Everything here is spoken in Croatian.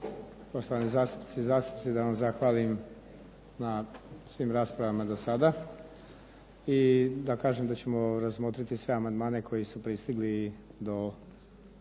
poštovane zastupnice i zastupnici da vam zahvalim na svim raspravama do sada i da kažem da ćemo razmotriti sve amandmane koji su pristigli do